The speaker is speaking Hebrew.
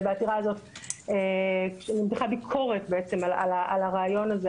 בעתירה הזו נמתחה ביקורת על הרעיון הזה,